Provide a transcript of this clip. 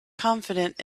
confident